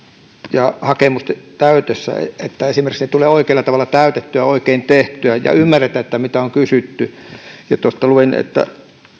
ja hakemusten täytössä että esimerkiksi ne tulevat oikealla tavalla täytettyä ja oikein tehtyä ja ymmärretään mitä on kysytty tuosta luin että